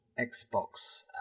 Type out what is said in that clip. Xbox